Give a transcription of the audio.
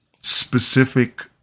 specific